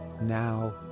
Now